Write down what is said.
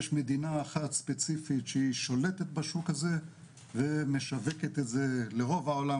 יש מדינה אחת ספציפית שהיא שולטת בשוק הזה ומשווקת את זה לרוב העולם,